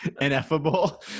ineffable